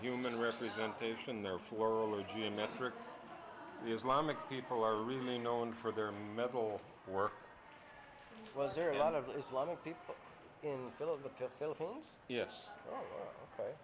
human representation there floral or geometric islamic people are really known for their mental work was there a lot of islamic